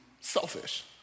selfish